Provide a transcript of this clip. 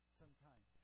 sometime